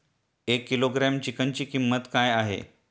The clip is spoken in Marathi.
एक किलोग्रॅम चिकनची किंमत काय आहे?